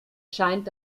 scheint